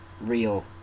real